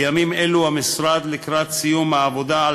בימים אלו המשרד לקראת סיום העבודה על